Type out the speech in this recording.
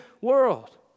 world